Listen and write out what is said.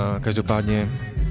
každopádně